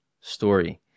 story